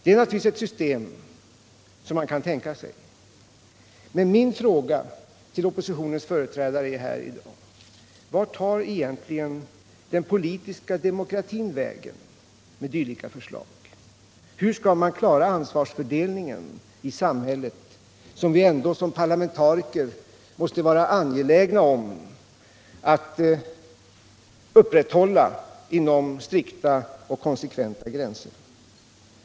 Det är naturligtvis ett system som man kan tänka sig, men min fråga till oppositionens företrädare är i dag: Vart tar egentligen den politiska demokratin vägen med dylika förslag? Hur skall man kunna klara ansvarsfördelningen i samhället, som vi ändå som parlamentariker måste vara angelägna om att upprätthålla inom strikta och konsekventa gränser?